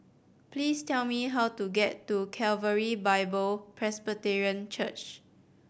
please tell me how to get to Calvary Bible Presbyterian Church